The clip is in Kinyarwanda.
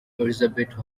elizabeth